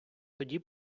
тоді